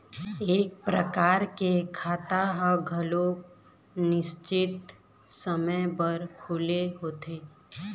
ए परकार के खाता ह घलोक निस्चित समे बर खुले होथे